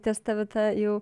ties ta vieta jau